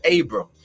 Abram